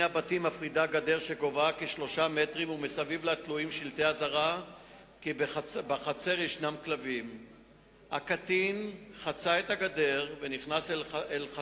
1. מה עשתה המשטרה בשני מקרים אלה?